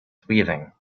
weaving